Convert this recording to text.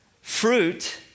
fruit